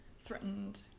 threatened